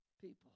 People